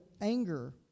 anger